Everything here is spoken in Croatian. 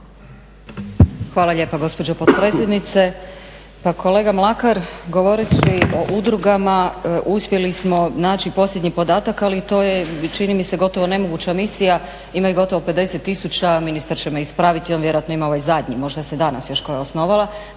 Hvala lijepo gospođo potpredsjednice. Pa kolega Mlakar govoreći o udrugama uspjeli smo naći posljednji podatak, ali to je čini mi se gotovo nemoguća misija ima ih gotovo 50 tisuća, ministar će me ispraviti on vjerojatno ima ovaj zadnji, možda se danas još koja osnovala